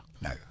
No